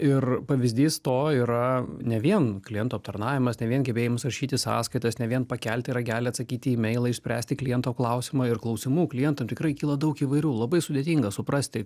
ir pavyzdys to yra ne vien klientų aptarnavimas ne vien gebėjimas rašyti sąskaitas ne vien pakelti ragelį atsakyti į imeilą išspręsti kliento klausimą ir klausimų klientam tikrai kyla daug įvairių labai sudėtinga suprasti